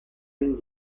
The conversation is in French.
une